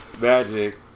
magic